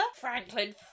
Franklin